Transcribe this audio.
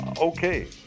okay